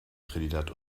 trinidad